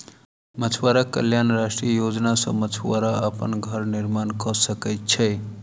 मछुआरा कल्याण राष्ट्रीय योजना सॅ मछुआरा अपन घर निर्माण कय सकै छै